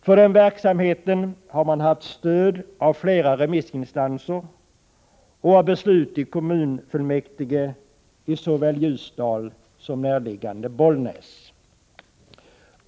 För den verksamheten har man haft stöd av flera remissinstanser och av beslut i kommunfullmäktige i såväl Ljusdal som närliggande Bollnäs.